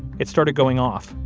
it started going off,